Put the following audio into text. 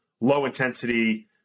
low-intensity